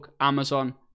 Amazon